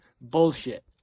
bullshit